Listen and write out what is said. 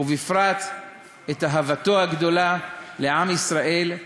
ובפרט אהבתו הגדולה לעם ישראל,